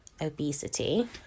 obesity